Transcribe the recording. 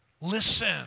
Listen